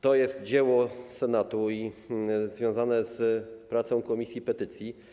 To jest dzieło Senatu i jest związane z pracą komisji petycji.